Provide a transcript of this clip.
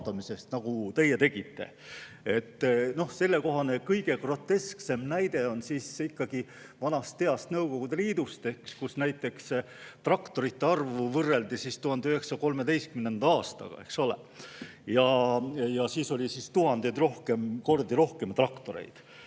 nagu teie tegite. Sellekohane kõige grotesksem näide on ikkagi vanast heast Nõukogude Liidust, kus näiteks traktorite arvu võrreldi 1913. aastaga, ja siis oli tuhandeid kordi rohkem traktoreid.